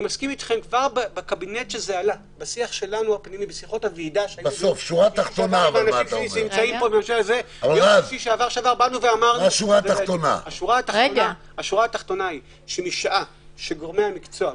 אני מסכים אתכם משעה שגורמי המקצוע,